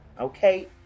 Okay